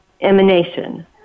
emanation